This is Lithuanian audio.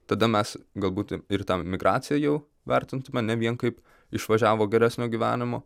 tada mes galbūt ir tą migraciją jau vertintume ne vien kaip išvažiavo geresnio gyvenimo